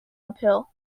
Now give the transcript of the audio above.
uphill